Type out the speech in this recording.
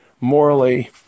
morally